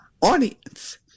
audience